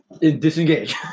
disengage